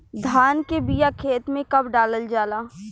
धान के बिया खेत में कब डालल जाला?